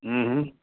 હં હં